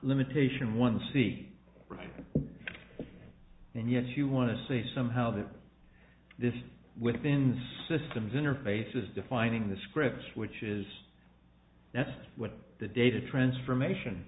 limitation one see right then yes you want to say somehow that this within systems interface is defining the scripts which is that's what the data transformation